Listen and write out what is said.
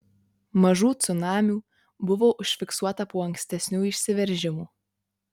mažų cunamių buvo užfiksuota po ankstesnių išsiveržimų